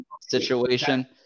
situation